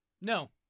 No